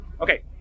okay